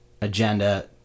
agenda